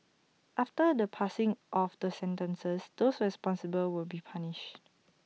after the passing of the sentences those responsible will be punished